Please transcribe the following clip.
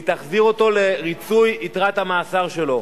והיא תחזיר אותו לריצוי יתרת המאסר שלו.